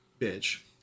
Bitch